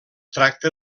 tracta